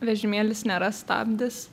vežimėlis nėra stabdis